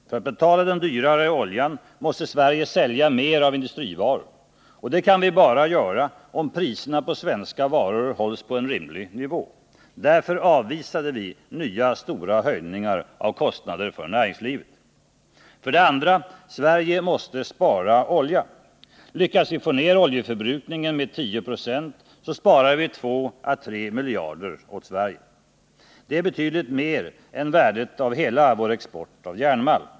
För att betala den dyrare oljan måste Sverige sälja mer av industrivaror. Och det kan vi bara göra om priserna på svenska varor hålls på en rimlig nivå. Därför avvisade vi nya stora höjningar av kostnaderna för näringslivet. 2. Sverige måste spara olja. Lyckas vi få ner oljeförbrukningen med 10 96, sparar vi också 2-3 miljarder åt Sverige. Det är betydligt mer än värdet av hela vår export av järnmalm.